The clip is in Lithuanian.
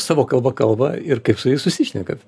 savo kalba kalba ir kaip su jais susišnekat